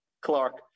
Clark